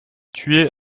tué